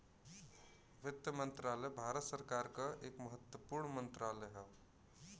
वित्त मंत्रालय भारत सरकार क एक महत्वपूर्ण मंत्रालय हौ